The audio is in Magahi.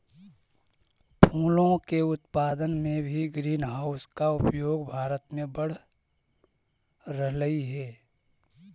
फूलों के उत्पादन में भी ग्रीन हाउस का उपयोग भारत में बढ़ रहलइ हे